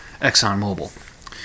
ExxonMobil